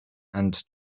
and